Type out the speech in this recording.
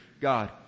God